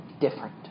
different